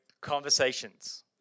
conversations